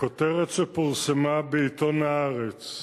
הכותרת שפורסמה בעיתון "הארץ",